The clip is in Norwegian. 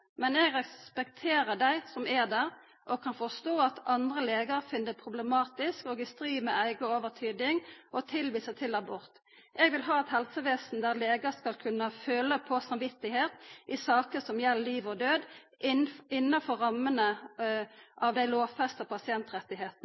men eg respekterer dei som er det, og kan forstå at andre legar finn det problematisk og i strid med eiga overtyding å tilvisa til abort. Eg vil ha eit helsevesen der legar skal kunna føla på samvit i saker som gjeld liv og død, innanfor rammene av dei lovfesta